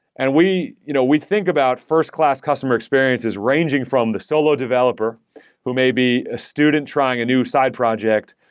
and we you know we think about first-class customer experiences ranging from the solo developer who may be a student trying a new side project,